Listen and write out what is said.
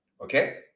Okay